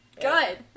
good